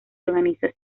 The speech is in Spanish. organizan